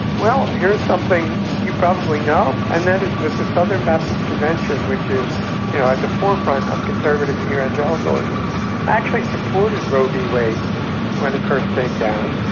well, here's something you probably know, and that is that the southern baptist convention, which is you know at the forefront of conservative evangelicalism actually actually supported roe v wade when it first came down.